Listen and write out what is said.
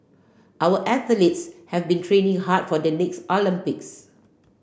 our athletes have been training hard for the next Olympics